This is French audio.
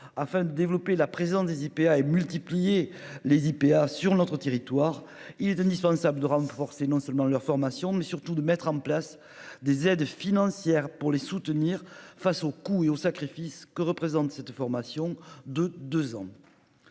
afin de développer la présence des IPA et multiplié les IPA sur notre territoire, il est indispensable de renforcer non seulement leur formation mais surtout de mettre en place des aides financières pour les soutenir face au cou et au sacrifice que représente cette formation de deux ans.